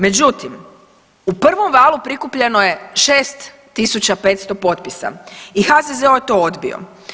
Međutim, u prvom valu prikupljeno je 6500 potpisa i HZZO je to odbio.